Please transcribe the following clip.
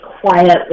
quietly